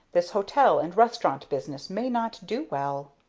this hotel and restaurant business may not do well.